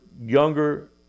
younger